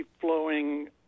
flowing